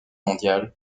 mondiale